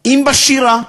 אם בשירה,